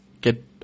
get